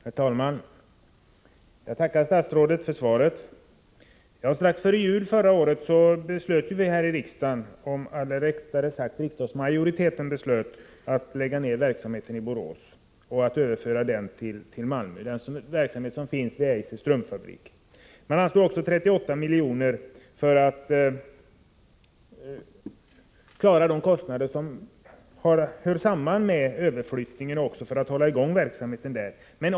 Herr talman! Jag tackar statsrådet för svaret. Strax före jul förra året beslöt en riksdagsmajoritet att verksamheten vid Eiser Strump i Borås skulle läggas ned och att verksamheten där skulle överföras till Malmö. Vidare anslogs 38 milj.kr. att användas för att täcka de kostnader som hör samman med en sådan överflyttning och även för att hålla verksamheten i Borås i gång.